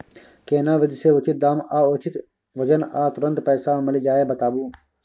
केना विधी से उचित दाम आ उचित वजन आ तुरंत पैसा मिल जाय बताबू?